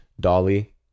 Dolly